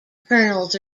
kernels